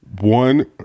one